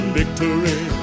victory